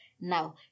Now